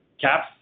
caps